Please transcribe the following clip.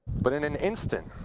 but in an instant,